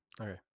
Okay